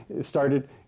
started